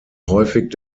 häufig